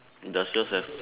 does yours have